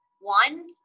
One